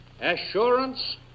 assurance